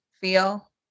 feel